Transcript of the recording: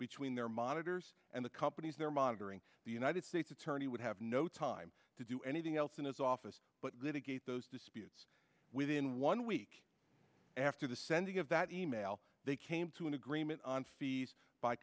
between their monitors and the companies they're monitoring the united states attorney would have no time to do anything else in his office but litigate those disputes within one week after the sending of that e mail they came to an agreement on fees by